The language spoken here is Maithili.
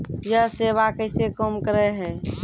यह सेवा कैसे काम करै है?